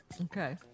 Okay